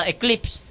Eclipse